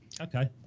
Okay